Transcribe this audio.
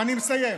ואני מסיים.